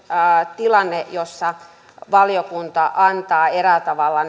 tilanne jossa valiokunta antaa eräällä tavalla